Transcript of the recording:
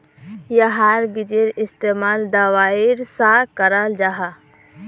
याहार बिजेर इस्तेमाल दवाईर सा कराल जाहा